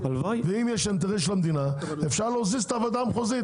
ואם כך אפשר להזיז את הוועדה המחוזית.